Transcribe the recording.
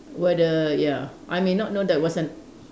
where the ya I may not know there was an